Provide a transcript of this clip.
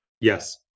Yes